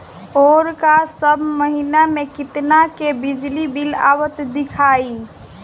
ओर का सब महीना में कितना के बिजली बिल आवत दिखाई